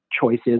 choices